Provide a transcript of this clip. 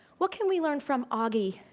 what can we learn from auggie,